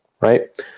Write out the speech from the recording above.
Right